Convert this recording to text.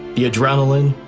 the adrenaline,